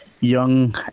young